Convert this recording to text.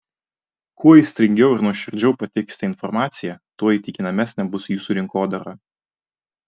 kuo aistringiau ir nuoširdžiau pateiksite informaciją tuo įtikinamesnė bus jūsų rinkodara